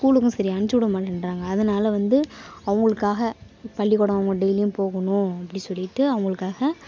ஸ்கூலுக்கு சரி அனுப்பிச்சுடமாட்டேன்றாங்க அதனால் வந்து அவங்களுக்காக பள்ளிக்கூடம் அவங்க டெய்லியும் போகணும் அப்படி சொல்லிட்டு அவங்களுக்காக